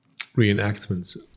reenactments